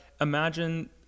imagine